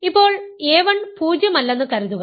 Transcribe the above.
ഇപ്പോൾ a1 0 അല്ലെന്ന് കരുതുക